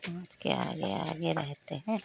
समज के आगे आगे रहेते हैं